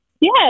Yes